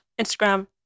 instagram